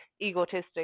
egotistic